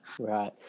Right